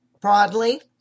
broadly